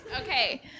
Okay